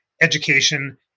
education